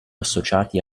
associati